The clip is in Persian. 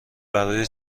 برای